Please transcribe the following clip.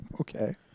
Okay